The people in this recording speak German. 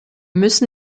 müssen